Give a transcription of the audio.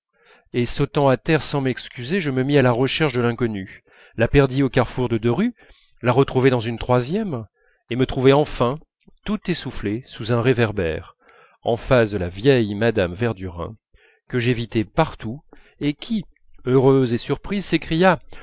et sautant à terre sans m'excuser je me mis à la recherche de l'inconnue la perdis au carrefour de deux rues la retrouvai dans une troisième et me trouvai enfin tout essoufflé sous un réverbère en face de la vieille mme verdurin que j'évitais partout et qui heureuse et surprise s'écria